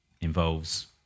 involves